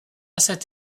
cette